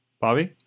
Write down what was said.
Bobby